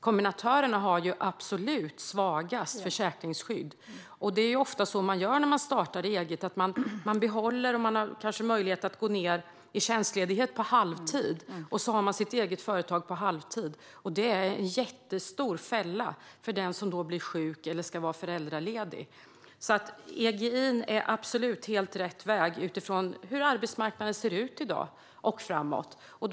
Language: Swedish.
Kombinatörerna har absolut svagast försäkringsskydd. När man startar eget har man oftast kanske möjlighet att gå ned i tjänstledighet på halvtid, och så har man sitt eget företag på halvtid. Det är en jättestor fälla för den som blir sjuk eller ska vara föräldraledig. EGI:n är absolut helt rätt väg utifrån hur arbetsmarknaden ser ut i dag och hur den kommer att se ut framåt.